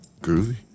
Groovy